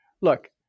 look